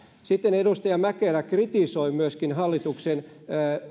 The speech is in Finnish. sitten edustaja mäkelä kritisoi myöskin hallituksen